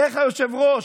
איך היושב-ראש,